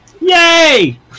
Yay